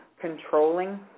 controlling